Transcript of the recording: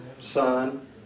Son